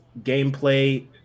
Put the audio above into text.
gameplay